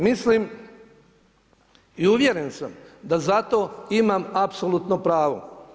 Mislim i uvjeren sam da za to imam apsolutno pravo.